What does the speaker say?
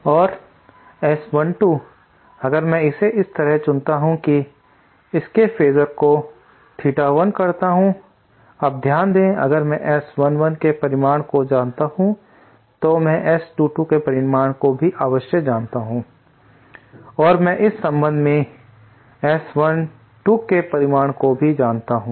और S12 अगर मैं इसे इस तरह चुनता से हूं कि इसके फेजर को थीटा 1 करता हूं अब ध्यान दें अगर मैं S11 के परिमाण को जानता हूं तो मैं S22 के परिमाण को भी अवश्य जानता हूं और मैं इस संबंध से S12 के परिमाण को भी जानता हूं